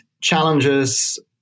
challenges